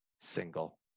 single